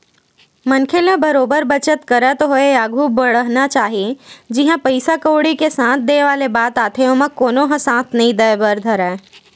मनखे ल बरोबर बचत करत होय आघु बड़हना चाही जिहाँ पइसा कउड़ी के साथ देय वाले बात आथे ओमा कोनो ह साथ नइ देय बर नइ धरय